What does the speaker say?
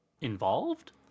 involved